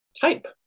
type